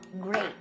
Great